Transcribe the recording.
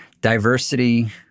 diversity